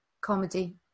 comedy